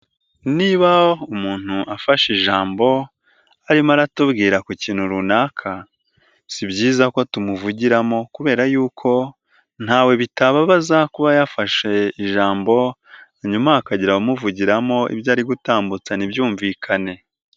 Niba umuntu afashe ijambo arimo aratubwira ku kintu runaka, si byiza ko tumuvugiramo kubera yuko ntawe bitababaza kuba yafashe ijambo hanyuma hakagira abamuvugiramo, ibyo ari gutambutsa ntibyumvikane.